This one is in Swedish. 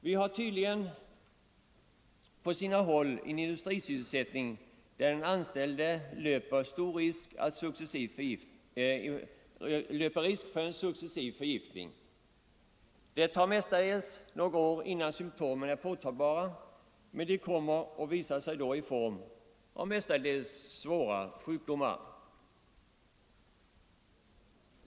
Vi har tydligen på vissa håll en industrimiljö, där den anställde löper stor risk för en successiv förgiftning. Det tar ofta några år innan symtomen är påvisbara, men de kommer och visar sig då i form av mestadels svåra sjukdomar.